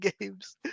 games